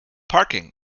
parking